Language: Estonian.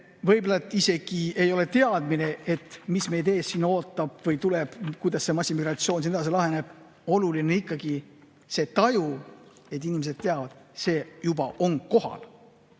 võib-olla isegi ei ole teadmine, mis meid ees ootab või mis tuleb, kuidas see massiimmigratsioon siin edasi laheneb. Oluline on see taju, et inimesed teavad: see juba on kohal.